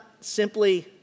simply